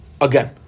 again